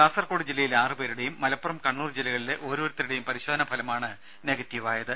കാസർഗോഡ് ജില്ലയിലെ ആറു പേരുടേയും മലപ്പുറം കണ്ണൂർ ജില്ലകളിലെ ഓരോരുത്തരുടേയും പരിശോധനാ ഫലമാണ് നെഗറ്റീവായത്